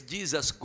Jesus